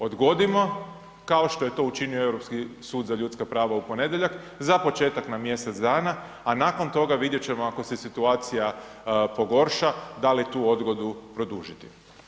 Odgodimo, kao što je to učinio Europski sud za ljudska prava u ponedjeljak za početak na mjesec dana, a nakon toga vidjet ćemo ako se situacija pogorša da li tu odgodu produžiti.